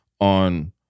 on